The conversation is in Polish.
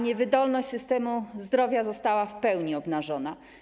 Niewydolność systemu zdrowia została w pełni obnażona.